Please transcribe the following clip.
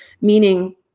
meaning